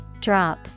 Drop